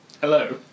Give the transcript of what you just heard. Hello